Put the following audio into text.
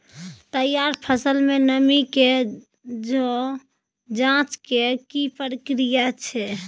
तैयार फसल में नमी के ज जॉंच के की प्रक्रिया छै?